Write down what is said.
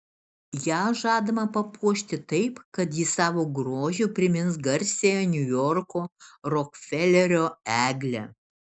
ją žadama papuošti taip kad ji savo grožiu primins garsiąją niujorko rokfelerio eglę